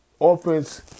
offense